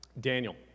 Daniel